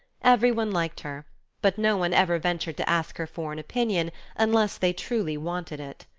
everyone liked her but no one ever ventured to ask her for an opinion unless they truly wanted it.